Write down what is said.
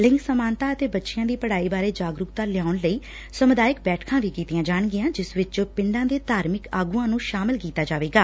ਲਿੰਗ ਸਮਾਨਤਾ ਅਤੇ ਬੱਚੀਆਂ ਦੀ ਪੜਾਈ ਬਾਰੇ ਜਾਗਰੁਕਤਾ ਲਿਆਉਣ ਲਈ ਸਮੁਦਾਇਕ ਬੈਠਕਾਂ ਵੀ ਕੀਤੀਆਂ ਜਾਣਗੀਆਂ ਜਿਸ ਵਿਚ ਪਿੰਡਾਂ ੱਦੇ ਧਾਰਮਿਕ ਆਗੁਆਂ ਨੂੰ ਸ਼ਾਮਲ ਕੀਤਾ ਜਾਏਗਾ